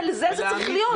לזה זה צריך להיות.